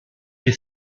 est